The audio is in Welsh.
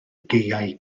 gaeau